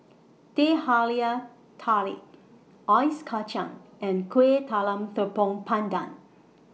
Teh Halia Tarik Ice Kachang and Kuih Talam Tepong Pandan